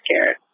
scared